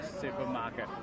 supermarket